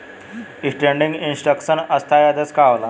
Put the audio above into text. Standing instruction स्थाई आदेश का होला?